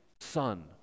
son